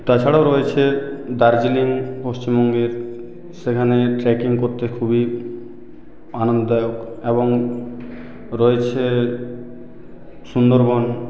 তাছাড়াও রয়েছে দার্জিলিং পশ্চিমবঙ্গের সেখানে ট্র্যাকিং করতে খুবই আনন্দদায়ক এবং রয়েছে সুন্দরবন